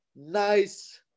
nice